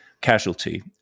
casualty